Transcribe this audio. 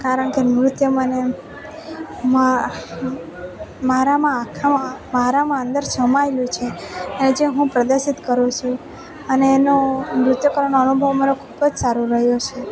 કારણ કે નૃત્ય મને મા મારા મારામાં આખામાં મારામાં અંદર સમાએલું છે અને જે હું પ્રદર્શિત કરું છું અને એનો નૃત્ય કરવાનો અનુભવ મારો ખૂબ જ સારો રહ્યો છે